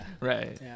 Right